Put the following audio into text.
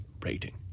rating